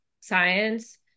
science